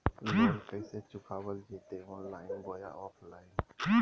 Loan कैसे चुकाबल जयते ऑनलाइन बोया ऑफलाइन?